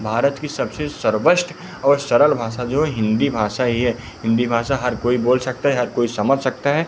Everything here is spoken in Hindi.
भारत की सबसे सर्वश्रेष्ट और सरल भाषा जो हिंदी भाषा ही है हिंदी भाषा हर कोई बोल सकता है हर कोई समझ सकता है